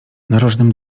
narożnym